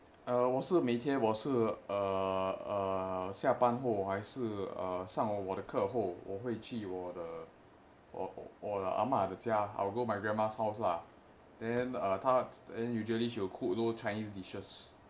哦我是每天我是下班后还是呃上午我的课后我会去我的阿嫲的家:o wo shi mei tian wo shi xia ban hou hai shi eai shang wu wo de ke hou wo hui qu wo de a ma de jiajiegu I will go my grandma's house lah then err 她：ta then usually she will cook those chinese dishes